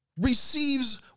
receives